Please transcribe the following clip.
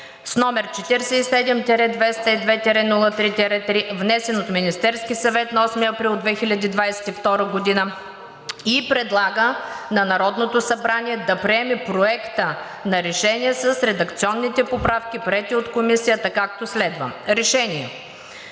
№ 47-202-03-3, внесен от Министерския съвет на 8 април 2022 г., и предлага на Народното събрание да приеме Проекта на решение с редакционните поправки, приети от Комисията, както следва: „Проект!